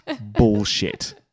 bullshit